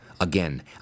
Again